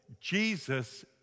Jesus